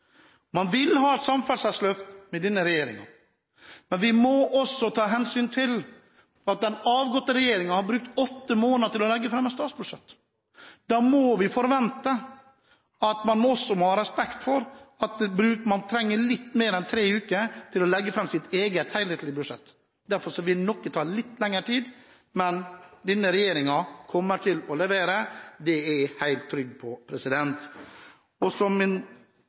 Man vil ha et samferdselsløft med denne regjeringen, men vi må også ta hensyn til at den avgåtte regjeringen har brukt åtte måneder på å legge fram et statsbudsjett, og da må man også ha respekt for at man trenger litt mer enn tre uker til å legge fram sitt eget helhetlige budsjett. Derfor vil noe ta litt lengre tid, men denne regjeringen kommer til å levere, det er jeg helt trygg på. Så vil jeg helt avslutningsvis – og